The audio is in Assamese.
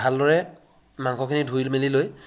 ভালদৰে মাংসখিনি ধুই মেলি লৈ